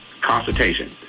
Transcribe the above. consultation